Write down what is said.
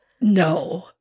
No